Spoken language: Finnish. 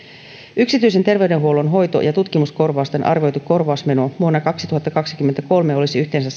yksityisen terveydenhuollon hoito ja tutkimuskorvausten arvioitu korvausmeno vuonna kaksituhattakaksikymmentäkolme olisi yhteensä